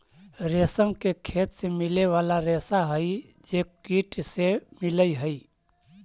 रेशम के खेत से मिले वाला रेशा हई जे कीट से मिलऽ हई